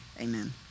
amen